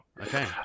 Okay